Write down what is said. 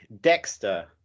Dexter